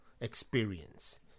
experience